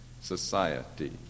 society